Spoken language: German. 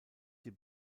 dem